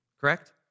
correct